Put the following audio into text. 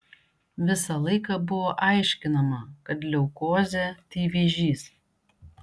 visą laiką buvo aiškinama kad leukozė tai vėžys